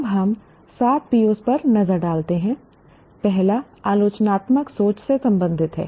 अब हम 7 POs पर नजर डालते हैं पहला आलोचनात्मक सोच से संबंधित है